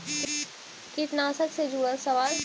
कीटनाशक से जुड़ल सवाल?